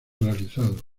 realizado